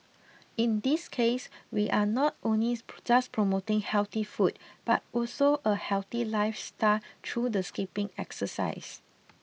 in this case we are not just promoting healthy food but also a healthy lifestyle through the skipping exercise